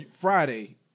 Friday